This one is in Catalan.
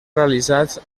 realitzats